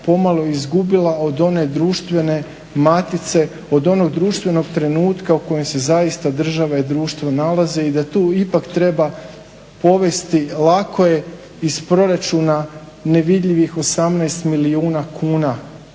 pomalo izgubila od one društvene matice, od onog društvenog trenutka u kojem se zaista država i društvo nalazi i da tu ipak treba povesti. Lako je iz proračuna nevidljivih 18 milijuna kuna